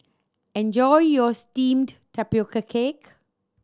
enjoy your steamed tapioca cake